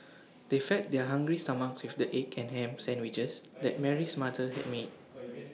they fed their hungry stomachs with the egg and Ham Sandwiches that Mary's mother had made